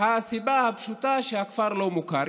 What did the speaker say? הסיבה הפשוטה היא שהכפר לא מוכר.